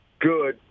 good